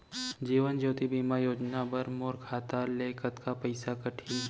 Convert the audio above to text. जीवन ज्योति बीमा योजना बर मोर खाता ले कतका पइसा कटही?